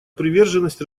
приверженность